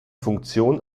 funktion